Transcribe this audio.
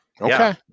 Okay